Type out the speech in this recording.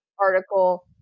article